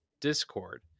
Discord